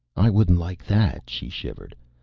i wouldn't like that. she shivered.